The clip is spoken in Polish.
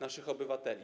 naszych obywateli.